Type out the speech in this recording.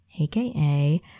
aka